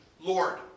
Lord